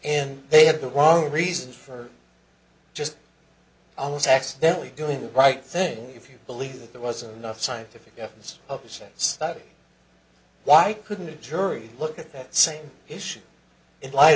and they had the wrong reasons for just almost accidentally doing the right thing if you believe that there wasn't enough scientific evidence of a sense why i couldn't a jury look at that same issue in light